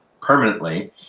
permanently